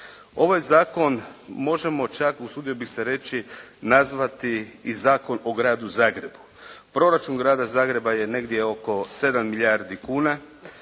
Ovaj zakon, možemo čak usudio bih se reći nazvati i Zakon o Gradu Zagrebu. Proračun Grada Zagreba je negdje oko 7 milijardi kuna.